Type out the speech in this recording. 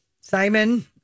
Simon